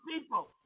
people